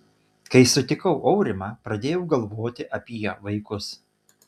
kai sutikau aurimą pradėjau galvoti apie vaikus